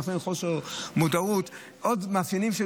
זה מאפיין חוסר מודעות ועוד מאפיינים.